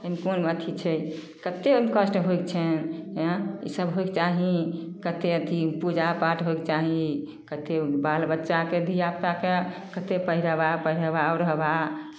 एहिमे कोन अथि छै कतेक एहिमे कष्ट होइ छनि एँ इसभ होयके चाही कतेक अथि पूजा पाठ होयके चाही कतेक बाल बच्चाकेँ धियापुताकेँ कतेक पहिरयबा पहिरबा ओहरबा